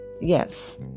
Yes